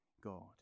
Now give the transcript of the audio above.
God